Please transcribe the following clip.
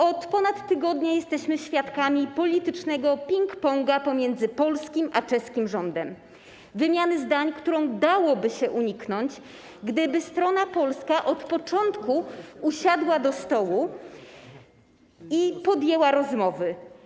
Od ponad tygodnia jesteśmy świadkami politycznego ping-ponga pomiędzy polskim a czeskim rządem, wymiany zdań, której dałoby się uniknąć, gdyby strona polska od początku usiadła do stołu i podjęła rozmowy.